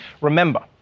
remember